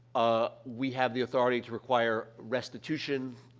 ah, we have the authority to require restitution,